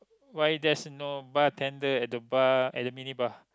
why there's no bartender at the bar at the mini bar